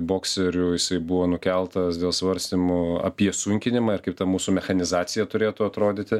bokserių jisai buvo nukeltas dėl svarstymų apie sunkinimą ir kaip ta mūsų mechanizacija turėtų atrodyti